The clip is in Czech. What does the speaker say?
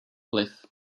vliv